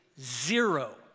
zero